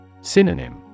Synonym